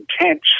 intense